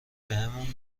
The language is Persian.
بهمون